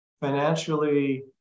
financially